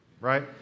right